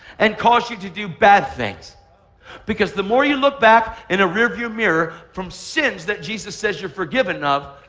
and cause you to do bad things because the more you look back in a rear view mirror from sins that jesus says you're forgiven of,